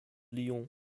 lyons